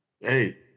Hey